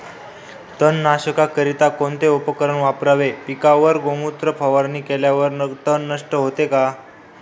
तणनाशकाकरिता कोणते उपकरण वापरावे? पिकावर गोमूत्र फवारणी केल्यावर तण नष्ट होते का?